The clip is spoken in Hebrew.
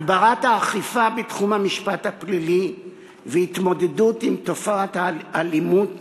הגברת האכיפה בתחום המשפט הפלילי והתמודדות עם תופעת האלימות